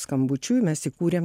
skambučiu mes įkūrėm